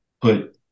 put